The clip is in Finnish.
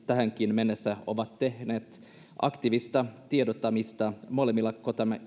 tähänkin mennessä ovat tehneet aktiivista tiedottamista molemmilla